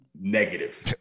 negative